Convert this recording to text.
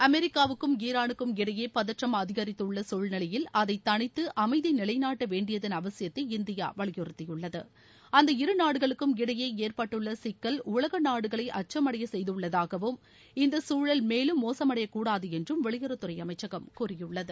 அமெரிக்காவுக்கும் ஈரானுக்கும் இடையே பதற்றம் அதிகரித்துள்ள சூழ்நிலையில் அதை தணித்து அமைதியை நிலைநாட்ட வேண்டியதன் அவசியத்தை இந்தியா வலியுறுத்தியுள்ளது அந்த இரு நாடுகளுக்கும் இடையே ஏற்பட்டுள்ள சிக்கல் உலக நாடுகளை அச்சம் அடைய செய்துள்ளதாகவும் இந்த சூழல் மேலும் மோசமடையக்கூடாது என்றும் வெளியுறவுத்துறை அமைச்சகம் கூறியுள்ளது